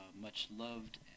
much-loved